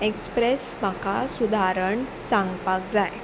express म्हाका सुदारण सांगपाक जाय